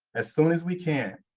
as soon as we can,